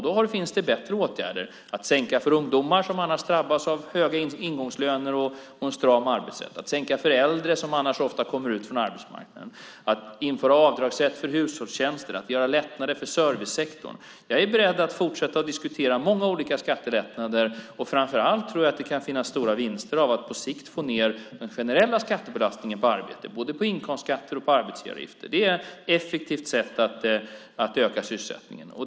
Det finns bättre åtgärder, till exempel att sänka för ungdomar, som annars drabbas av höga ingångslöner och en stram arbetsrätt, eller att sänka för äldre, som annars lätt ofta hamnar utanför arbetsmarknaden. Man kan införa avdragsrätt för hushållstjänster eller göra lättnader för servicesektorn. Jag är beredd att fortsätta diskutera många olika skattelättnader. Framför allt tror jag att man kan uppnå stora vinster av att man på sikt får ned den generella skattebelastningen på arbete, både inkomstskatter och arbetsgivaravgifter. Det är ett effektivt sätt att öka sysselsättningen.